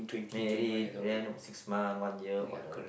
married then six month one year all divorce